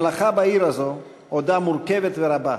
המלאכה בעיר הזו עודה מורכבת ורבה,